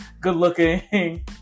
good-looking